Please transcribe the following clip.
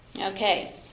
Okay